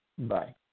Bye